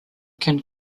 can